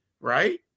right